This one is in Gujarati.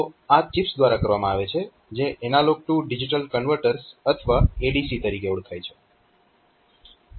તો આ ચિપ્સ દ્વારા કરવામાં આવે છે જે એનાલોગ ટુ ડિજીટલ કન્વર્ટર્સ અથવા ADC તરીકે ઓળખાય છે